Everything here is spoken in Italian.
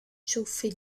ciuffi